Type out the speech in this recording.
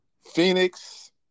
Phoenix